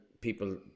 people